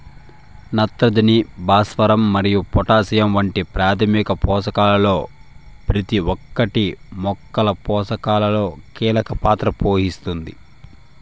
నత్రజని, భాస్వరం మరియు పొటాషియం వంటి ప్రాథమిక పోషకాలలో ప్రతి ఒక్కటి మొక్కల పోషణలో కీలక పాత్ర పోషిస్తుంది